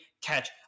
catch